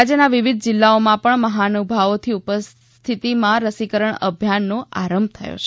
રાજ્યના વિવિધ જિલ્લાઓમાં પણ મહાનુભાવોની ઉપસ્થિતિમાં રસીકરણ અભિયાનનો આરંભ થયો છે